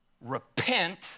Repent